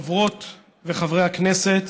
חברות וחברי הכנסת,